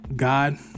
God